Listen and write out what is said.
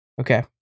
Okay